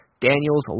Daniels